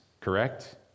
correct